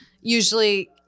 usually